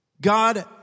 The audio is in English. God